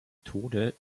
tode